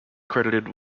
credited